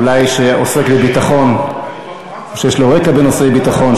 אולי שעוסק בביטחון או שיש לו רקע בנושאי ביטחון,